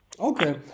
okay